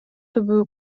түбү